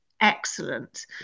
excellent